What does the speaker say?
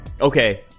Okay